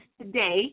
today